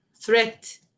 threat